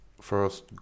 first